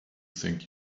think